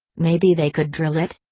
maybe they could drill it?